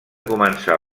començar